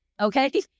okay